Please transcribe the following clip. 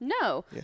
No